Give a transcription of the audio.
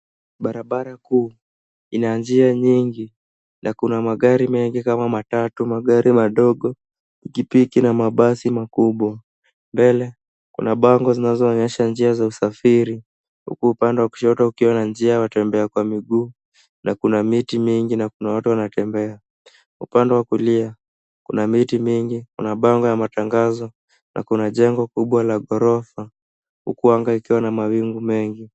Barabara kuu inaanzia nyingi na kuna magari mengi kama matatu, magari madogo, pikipiki na mabasi makubwa. Mbele kuna bango zinazoonyesha njia za usafiri huku upande wa kushoto kukiwa na njia ya watembea kwa miguu na kuna miti mingi na kuna watu wanatembea. Upande wa kulia kuna miti mingi, kuna bango ya matangazo na kuna jengo kubwa la ghorofa huku anga ikiwa na mawingu mengi.